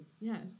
Yes